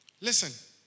Listen